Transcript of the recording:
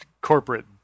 corporate